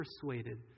persuaded